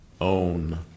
own